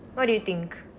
what do you think